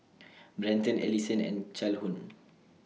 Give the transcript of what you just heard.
Brenton Alyson and Calhoun